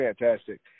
fantastic